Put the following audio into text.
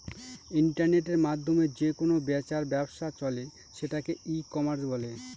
ইন্টারনেটের মাধ্যমে যে কেনা বেচার ব্যবসা চলে সেটাকে ই কমার্স বলে